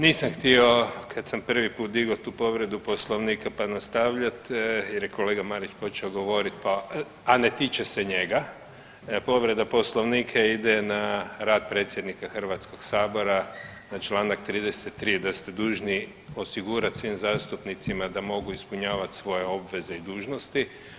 Nisam htio kad sam prvi put digo tu povredu poslovnika pa nastavljat jer je kolega Marić počeo govorit, a ne tiče se njega, povreda poslovnika ide na rad predsjednika HS-a na čl 33. da ste dužni osigurat svim zastupnicima da mogu ispunjavat svoje obveze i dužnosti.